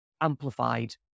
amplified